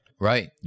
Right